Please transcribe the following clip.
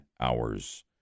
hours